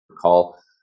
call